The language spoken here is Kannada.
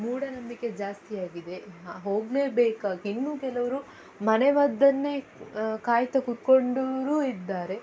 ಮೂಢನಂಬಿಕೆ ಜಾಸ್ತಿಯಾಗಿದೆ ಹೋಗಲೇಬೇಕಾ ಇನ್ನೂ ಕೆಲವರು ಮನೆ ಮದ್ದನ್ನೇ ಕಾಯ್ತಾ ಕೂತ್ಕೊಂಡೋರು ಇದ್ದಾರೆ